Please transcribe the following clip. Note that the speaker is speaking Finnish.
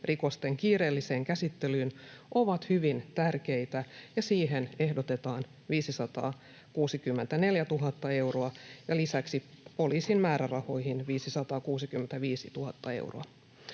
rikosten kiireelliseen käsittelyyn ovat hyvin tärkeitä, ja siihen ehdotetaan 564 000 euroa ja lisäksi poliisin määrärahoihin 565 000 euroa.